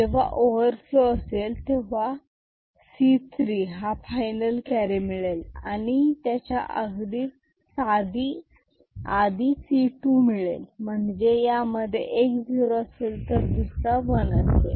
जेव्हा ओव्हरफ्लो असेल तेव्हा C3 हा फायनल कॅरी मिळेल आणि त्याच्या अगदीच आधी C2 मिळेल म्हणजे यामध्ये एक झिरो असेल तर दुसरा वन असेल